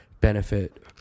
benefit